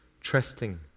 trusting